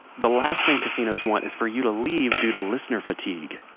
the last thing casinos want is for you to leave due to listener fatigue.